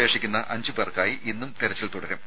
ശേഷിക്കുന്ന അഞ്ച് പേർക്കായി ഇന്നും തെരച്ചിൽ തുടരും